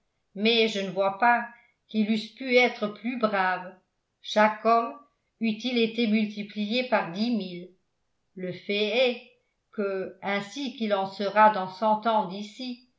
mais je ne vois pas qu'ils eussent pu être plus braves chaque homme eût-il été multiplié par dix mille le fait est que ainsi qu'il en sera dans cent ans